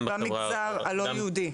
במגזר הלא יהודי?